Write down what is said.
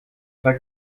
trägt